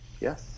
Yes